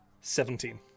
Seventeen